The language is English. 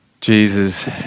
Jesus